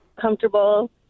comfortable